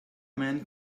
men